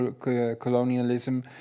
colonialism